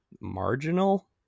marginal